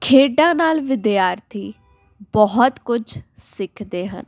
ਖੇਡਾਂ ਨਾਲ਼ ਵਿਦਿਆਰਥੀ ਬਹੁਤ ਕੁਝ ਸਿੱਖਦੇ ਹਨ